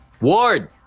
Ward